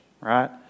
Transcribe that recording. right